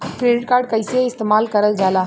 Credit card कईसे इस्तेमाल करल जाला?